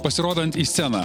pasirodant į sceną